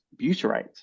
butyrate